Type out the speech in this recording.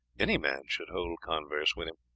any man should hold converse with him.